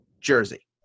jersey